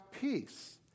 peace